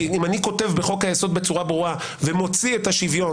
כי אם אני כותב בחוק היסוד בצורה ברורה ומוציא את השוויון,